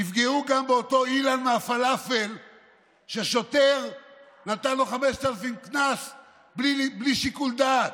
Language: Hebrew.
יפגעו גם באותו אילן מהפלאפל ששוטר נתן לו 5,000 שקל קנס בלי שיקול דעת.